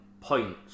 points